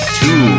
two